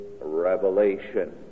revelation